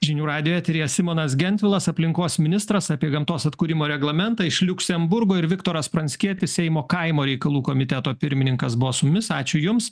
žinių radijo eteryje simonas gentvilas aplinkos ministras apie gamtos atkūrimo reglamentą iš liuksemburgo ir viktoras pranckietis seimo kaimo reikalų komiteto pirmininkas buvo su mumis ačiū jum